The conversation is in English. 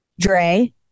Dre